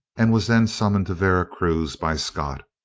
and was then summoned to vera cruz by scott.